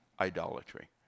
idolatry